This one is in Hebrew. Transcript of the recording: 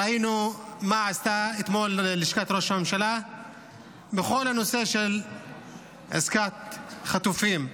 ראינו מה עשתה אתמול לשכת ראש הממשלה בכל הנושא של עסקת החטופים.